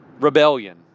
rebellion